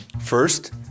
First